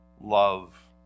love